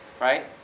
right